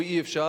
ואי-אפשר,